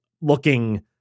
looking